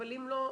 אבל אם לא,